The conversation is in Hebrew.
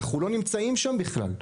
אנחנו לא נמצאים שם בכלל.